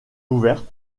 ouverte